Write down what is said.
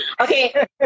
Okay